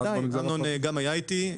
ודאי, אמנון גם היה איתי.